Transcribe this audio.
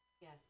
Yes